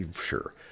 Sure